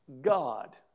God